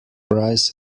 prize